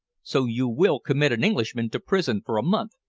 so you will commit an englishman to prison for a month,